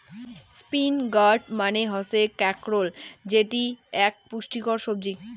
spiny gourd মানে হসে কাঁকরোল যেটি আক পুষ্টিকর সবজি